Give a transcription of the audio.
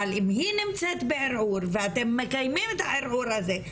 אבל אם היא נמצאת בערעור ואתם מקיימים את הערעור הזה,